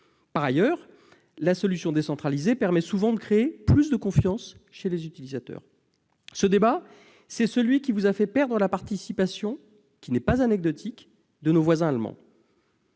Par ailleurs, la solution décentralisée permet souvent de créer plus de confiance chez les utilisateurs. Le choix de cette solution vous a fait perdre la participation- loin d'être anecdotique -, de nos voisins allemands-